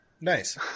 Nice